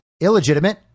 illegitimate